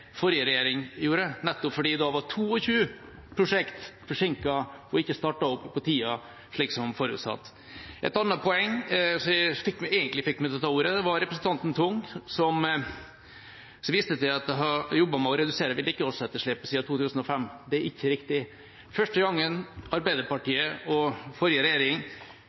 forrige regjering gjorde – da var 22 prosjekt forsinket og ikke startet opp på tida, slik som forutsatt. Et annet poeng, det som egentlig fikk meg til å ta ordet: Det var representanten Tung som viste til at de hadde jobbet med å redusere vedlikeholdsetterslepet siden 2005. Det er ikke riktig. Første gangen Arbeiderpartiet og forrige regjering